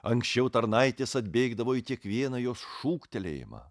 anksčiau tarnaitės atbėgdavo į kiekvieną jos šūktelėjimą